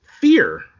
Fear